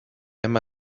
eman